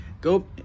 go